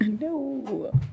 No